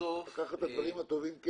לקחת את הדברים הטובים,